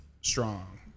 strong